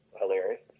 hilarious